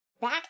back